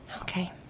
Okay